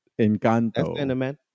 Encanto